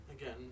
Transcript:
again